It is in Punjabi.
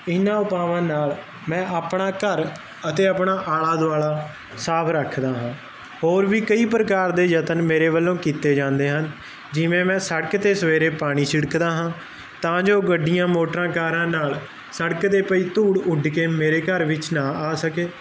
ਇਹਨਾਂ ਉਪਾਵਾਂ ਨਾਲ ਮੈਂ ਆਪਣਾ ਘਰ ਅਤੇ ਆਪਣਾ ਆਲਾ ਦੁਆਲਾ ਸਾਫ ਰੱਖਦਾ ਹੋਰ ਵੀ ਕਈ ਪ੍ਰਕਾਰ ਦੇ ਯਤਨ ਮੇਰੇ ਵੱਲੋਂ ਕੀਤੇ ਜਾਂਦੇ ਹਨ ਜਿਵੇਂ ਮੈਂ ਸੜਕ ਤੇ ਸਵੇਰੇ ਪਾਣੀ ਛਿੜਕਦਾ ਹਾਂ ਤਾਂ ਜੋ ਗੱਡੀਆਂ ਮੋਟਰਾਂ ਕਾਰਾਂ ਨਾਲ ਲੜਕ ਤੇ ਪਈ ਧੂੜ ਉੱਡ ਕੇ ਮੇਰੇ ਘਰ ਵਿੱਚ ਨਾ ਆ ਸਕੇ